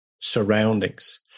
surroundings